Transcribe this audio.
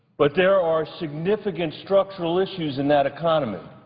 but there are significant structural issues in that economy.